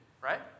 right